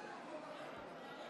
שלוש דקות